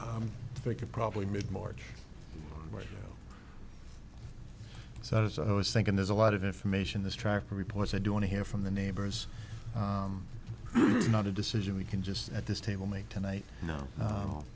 they could probably mid march so i was i was thinking there's a lot of information this track reports i do want to hear from the neighbors not a decision we can just at this table make tonight you know